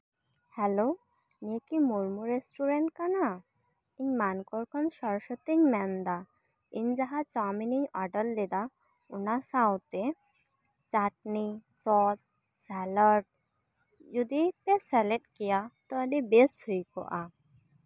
hello ᱱᱤᱭᱟᱹ ᱠᱤ Murmu restaurant ᱠᱟᱱᱟ ᱤᱧ ᱢᱟᱱᱠᱚᱨ ᱠᱷᱚᱱ ᱥᱚᱨᱚᱥᱚᱛᱤᱧ ᱢᱮᱱᱫᱟ ᱤᱧ ᱡᱟᱦᱟᱸ ᱪᱟᱣᱢᱤᱱ ᱤᱧ ᱚᱰᱟᱨ ᱞᱮᱫᱟ ᱚᱱᱟ ᱥᱟᱶᱛᱮ ᱪᱟᱴᱱᱤ ᱥᱚᱥ ᱥᱮᱞᱟᱴ ᱡᱩᱫᱤ ᱯᱮ ᱥᱮᱞᱮᱫ ᱠᱮᱭᱟ ᱛᱚ ᱟᱹᱰᱤ ᱵᱮᱥ ᱦᱩᱭ ᱠᱚᱜᱼᱟ